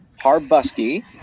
Harbusky